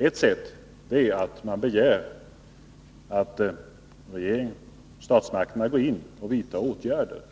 Ett sätt är att man begär att statsmakterna går in och vidtar åtgärder,